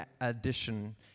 addition